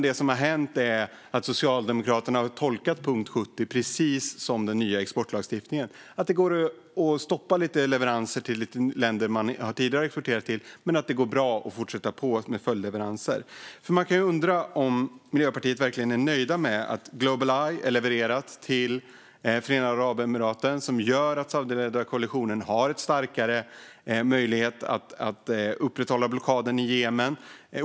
Det som har hänt är att Socialdemokraterna har tolkat punkt 70 precis som den nya exportlagstiftningen, att det går att stoppa lite leveranser till en del länder som man tidigare har exporterat till men att det går bra att fortsätta med följdleveranser. Därför undrar jag om Miljöpartiet verkligen är nöjda med att Global Eye levereras till Förenade Arabemiraten, vilket gör att den saudiskledda koalitionen har en starkare möjlighet att upprätthålla blockaden i Jemen?